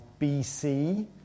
BC